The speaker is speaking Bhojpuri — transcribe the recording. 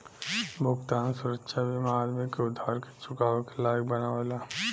भुगतान सुरक्षा बीमा आदमी के उधार के चुकावे के लायक बनावेला